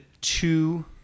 two